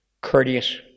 courteous